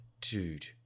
Dude